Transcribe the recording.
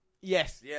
Yes